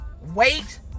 wait